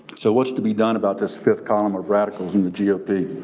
so what's to be done about this fifth column of radicals in the gop? the